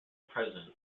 president